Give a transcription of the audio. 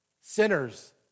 sinners